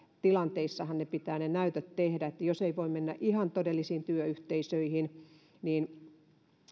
tilanteissahan pitää ne näytöt tehdä että jos ei voi mennä ihan todellisiin työyhteisöihin niin